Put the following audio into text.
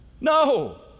No